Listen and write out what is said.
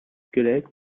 squelette